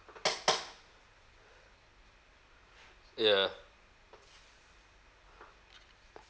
yeah